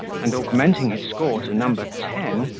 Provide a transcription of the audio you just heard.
and, augmenting his score to number ten,